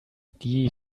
die